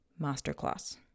Masterclass